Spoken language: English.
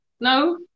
no